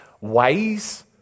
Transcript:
ways